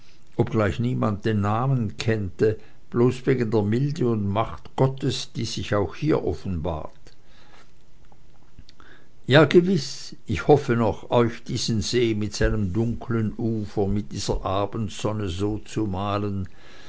obgleich niemand den namen kennte bloß wegen der milde und macht gottes die sich auch hier offenbart ja gewiß ich hoffe noch euch diesen see mit seinem dunklen ufer mit dieser abendsonne so zu malen